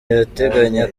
irateganya